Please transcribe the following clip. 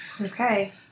Okay